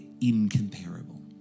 incomparable